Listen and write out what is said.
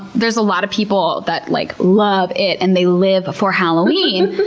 there's a lot of people that like love it and they live for halloween.